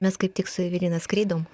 mes kaip tik su evelina skridom